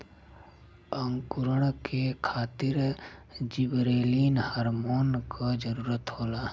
अंकुरण के खातिर जिबरेलिन हार्मोन क जरूरत होला